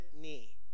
knee